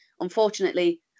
Unfortunately